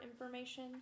information